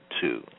two